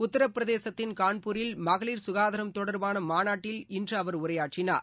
உத்திரபிரதேசத்தின் கான்பூரில் மகளிர் சுகாதாரம் தொடர்பான மாநாட்டில் இன்று அவர் உரையாற்றினார்